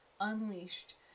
unleashed